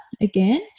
again